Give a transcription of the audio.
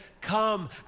come